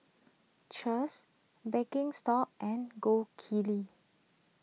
Cheers Birkenstock and Gold Kili